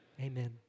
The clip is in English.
Amen